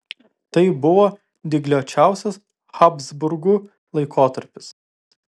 tai buvo dygliuočiausias habsburgų laikotarpis